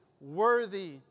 worthy